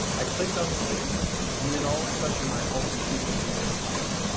i clicked on the link and then all of a sudden my whole computer screen went blank.